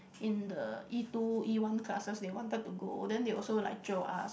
in the E two E one classes they wanted to go then they also like jio us